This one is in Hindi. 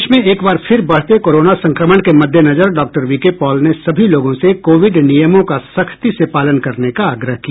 देश में एक बार फिर बढ़ते कोरोना संक्रमण के मद्देनजर डॉक्टर वी के पॉल ने सभी लोगों से कोविड नियमों का सख्ती से पालन करने का आग्रह किया